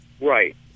Right